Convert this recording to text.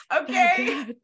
okay